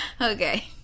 Okay